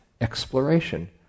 exploration